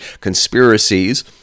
conspiracies